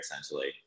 essentially